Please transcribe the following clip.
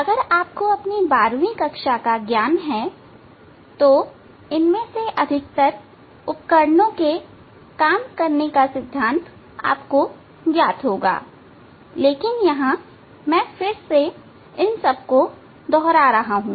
अगर आपको अपनी 12 कक्षा का ज्ञान है तो इनमें से अधिकतर उपकरणों के काम करने का सिद्धांत आपको ज्ञात होगा लेकिन यहां मैं फिर से इन सब को दोहरा रहा हूं